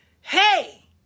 hey